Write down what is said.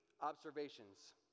observations